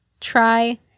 try